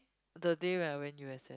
the day when I went U_S_S